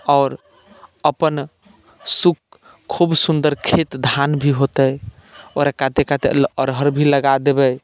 आओर अपन सुख खूब सुन्दर खेत धानके खेत भी होतै आओर काते काते अरहर भी लगा देबै